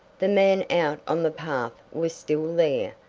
the man out on the path was still there,